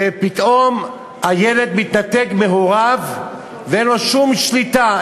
ופתאום הילד מתנתק מהוריו ואין לו שום שליטה,